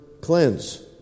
cleanse